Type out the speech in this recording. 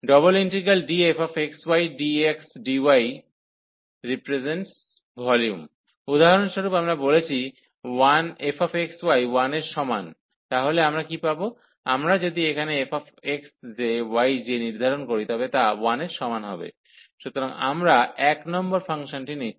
∬Dfxydxdyrepresentsvolume উদাহরণস্বরূপ আমরা বলেছি fxy 1 এর সমান তাহলে আমরা কী পাব আমরা যদি এখানে fxjyj নির্ধারণ করি তবে তা 1 এর সমান হবে সুতরাং আমরা এক নম্বর ফাংশনটি নিচ্ছি